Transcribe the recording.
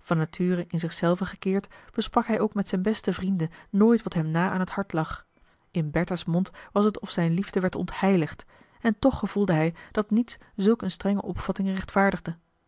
van nature in zich zelven gekeerd besprak hij ook met zijn beste vrienden nooit wat hem na aan het hart lag in bertha's mond was t of zijn liefde werd ontheiligd en toch gevoelde hij dat niets zulk een strenge opvatting rechtvaardigde